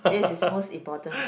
yes it's most important